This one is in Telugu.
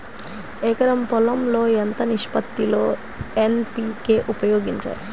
ఎకరం పొలం లో ఎంత నిష్పత్తి లో ఎన్.పీ.కే ఉపయోగించాలి?